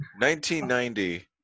1990